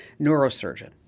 neurosurgeon